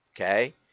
okay